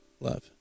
Love